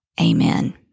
Amen